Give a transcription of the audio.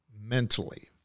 mentally